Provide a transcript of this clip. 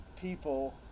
people